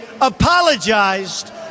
apologized